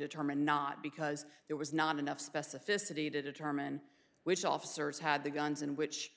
determined not because there was not enough specificity to determine which officers had the guns in which